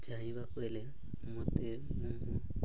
ଚାହିଁବାକୁ ହେଲେ ମୋତେ ମୁଁ